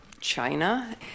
China